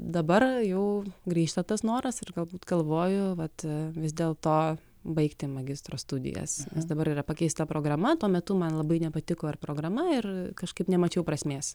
dabar jau grįžta tas noras ir galbūt galvoju vat vis dėlto baigti magistro studijas nes dabar yra pakeista programa tuo metu man labai nepatiko ir programa ir kažkaip nemačiau prasmės